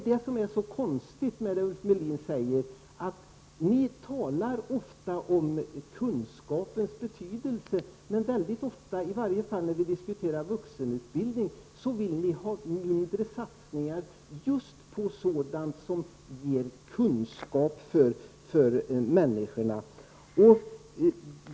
Det som är konstigt med det Ulf Melin säger är att ni moderater ofta talar om kunskapens betydelse, men mycket ofta, i varje fall när vi diskuterar vuxenutbildning, vill ni att man skall satsa mindre just på sådant som ger människor kunskap.